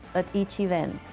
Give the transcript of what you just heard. at each event,